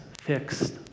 fixed